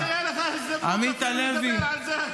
לא תהיה לך הזדמנות אפילו לדבר על זה.